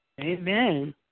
Amen